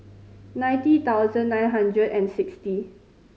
ninety thousand nine hundred and sixty